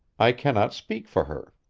i cannot speak for her.